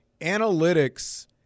analytics